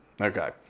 Okay